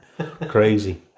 crazy